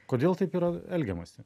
kodėl taip yra elgiamasi